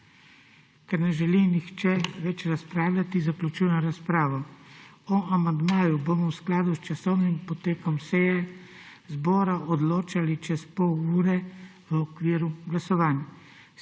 Ker ne želi nihče več razpravljati, zaključujem razpravo. O amandmaju bomo v skladu s časovnim potekom seje zbora odločali čez pol ure v okviru glasovanj.